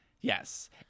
Yes